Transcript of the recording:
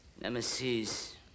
Nemesis